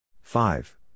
Five